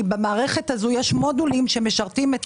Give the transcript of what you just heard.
כי במערכת הזאת יש מודולים שמשרתים את